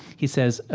he says,